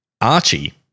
Archie